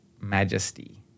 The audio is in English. majesty